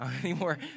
anymore